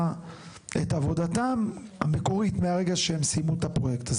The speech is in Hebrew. את עבודתם המקורית מהרגע שהם סיימו את הפרויקט הזה.